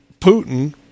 putin